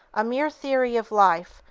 a mere theory of life,